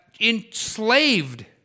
enslaved